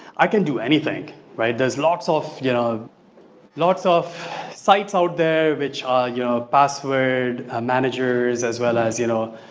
i can do anything. there's lots of you know lots of sites out there which are you know, password ah managers as well as you know,